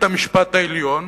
בית-המשפט העליון,